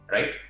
Right